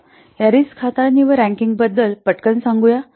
चला या रिस्क हाताळणी व रँकिंगबद्दल पटकन सांगू या